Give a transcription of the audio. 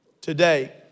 Today